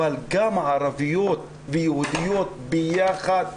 אבל גם הערביות והיהודיות ביחד,